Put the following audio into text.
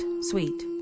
sweet